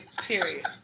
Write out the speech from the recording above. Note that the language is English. Period